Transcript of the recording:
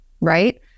Right